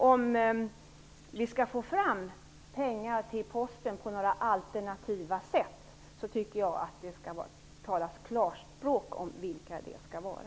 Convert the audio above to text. Om vi skall få fram pengar till Posten på några alternativa sätt, tycker jag att det skall talas klarspråk om vilka det skall vara.